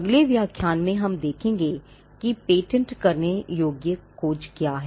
अगले व्याख्यान में हम देखेंगे कि पेटेंट करने योग्य खोज क्या है